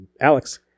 Alex